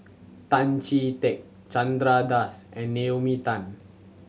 Tan Chee Teck Chandra Das and Naomi Tan